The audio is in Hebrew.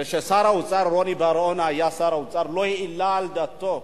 כשרוני בר-און היה שר האוצר הוא לא העלה על דעתו,